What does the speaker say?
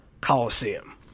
Coliseum